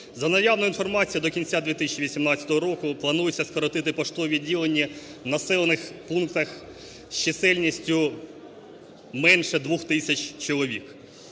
За наявною інформацією до кінця 2018 року планується скоротити поштові відділення в населених пунктах з чисельністю менше 2 тисяч чоловік,